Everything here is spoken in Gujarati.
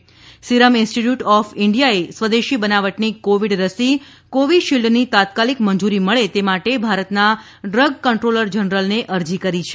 ત સિરમ ઇન્સ્ટિટ્યૂટ ઓફ ઇન્ડિયાએ સ્વદેશી બનાવટની કોવિડ રસી કોવિશિલ્ડની તાત્કાલિક મંજુરી મળે તે માટે ભારતના ડ્રગ કંટ્રોલર જનરલને અરજી કરી છે